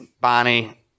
Bonnie